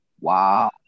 Wow